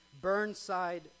Burnside